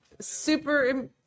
Super